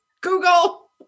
Google